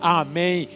amém